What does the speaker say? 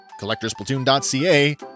CollectorSplatoon.ca